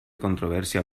controversia